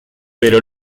pero